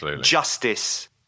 justice